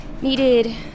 needed